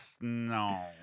no